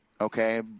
Okay